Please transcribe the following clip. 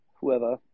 whoever